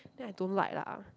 then I don't like lah